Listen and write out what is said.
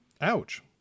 ouch